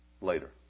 later